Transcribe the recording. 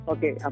Okay